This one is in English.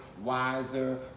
wiser